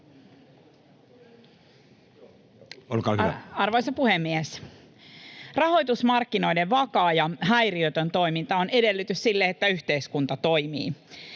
Arvoisa puhemies! Rahoitusmarkkinoiden vakaa ja häiriötön toiminta on edellytys sille, että yhteiskunta toimii.